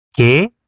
okay